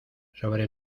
sobre